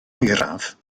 oeraf